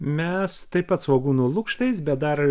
mes taip pat svogūnų lukštais bet dar